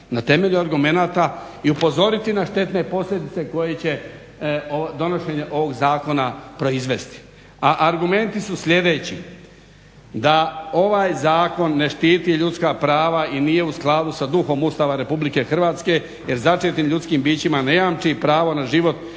na temelju argumenata i upozoriti na štetne posljedice koje će donošenje ovog zakona proizvesti. A argumenti su sljedeći: da ovaj zakon ne štiti ljudska prava i nije u skladu sa duhom Ustava RH jer začetim ljudskim bićima ne jamči pravo na život